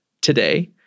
today